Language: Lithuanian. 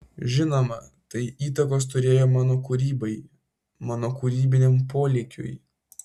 žinoma tai įtakos turėjo mano kūrybai mano kūrybiniam polėkiui